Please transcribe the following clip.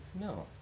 no